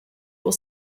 will